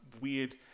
weird